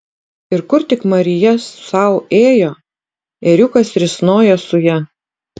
ir kur tik marija sau ėjo ėriukas risnojo su ja